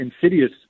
insidious